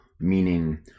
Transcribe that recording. Meaning